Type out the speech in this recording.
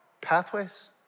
Pathways